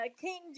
King